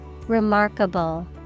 Remarkable